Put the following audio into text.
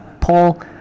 Paul